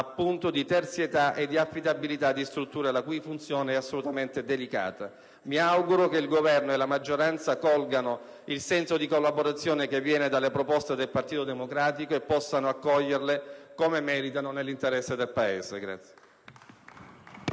di terzietà e di affidabilità delle strutture la cui funzione è assolutamente delicata. Mi auguro che il Governo e la maggioranza colgano il senso di collaborazione che viene dalle proposte del Partito Democratico e possano accoglierle come meritano, nell'interesse del Paese.